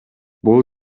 бул